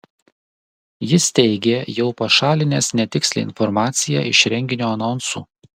jis teigė jau pašalinęs netikslią informaciją iš renginio anonsų